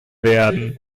werden